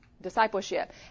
discipleship